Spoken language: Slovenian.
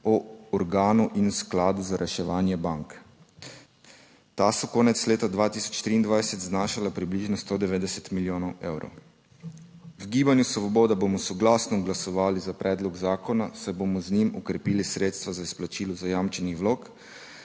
o organu in skladu za reševanje bank. Ta so konec leta 2023 znašala približno 190 milijonov evrov. V Gibanju Svoboda bomo soglasno glasovali za predlog zakona, saj bomo z njim okrepili sredstva za izplačilo zajamčenih vlog,